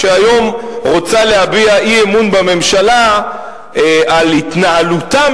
שהיום רוצה להביע אי-אמון בממשלה על התנהלותם